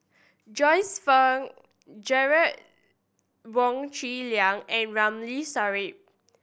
Joyce Fan Derek Wong Zi Liang and Ramli Sarip